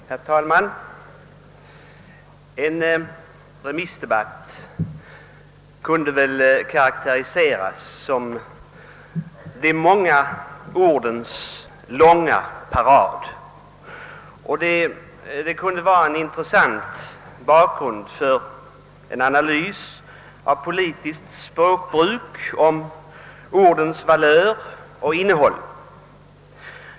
Herr talman! En remissdebatt kunde väl karakteriseras som de många ordens långa parad, och den kunde vara en intressant bakgrund för en analys av politiskt språkbruk om ordens valör och innehåll.